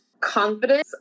confidence